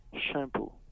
shampoo